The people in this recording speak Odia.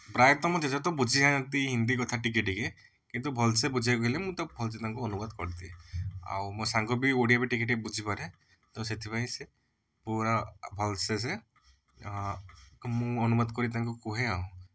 ପ୍ରାୟତଃ ମୁଁ ଜେଜେ ତ ବୁଝି ଯାଆନ୍ତି ହିନ୍ଦୀ କଥା ଟିକେ ଟିକେ କିନ୍ତୁ ଭଲ ସେ ବୁଝିବାକୁ ହେଲେ ମୁଁ ତାଙ୍କୁ ଭଲ ସେ ତାଙ୍କୁ ଅନୁବାଦ କରିଦିଏ ଆଉ ମୋ ସାଙ୍ଗ ବି ଓଡ଼ିଆ ବି ଟିକେ ଟିକେ ବୁଝି ପାରେ ତ ସେଥିପାଇଁ ସେ ପୁରା ଭଲସେ ସେ ମୁଁ ଅନୁବାଦ କରି କି ତାଙ୍କୁ କୁହେ ଆଉ